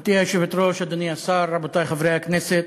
גברתי היושבת-ראש, אדוני השר, רבותי חברי הכנסת,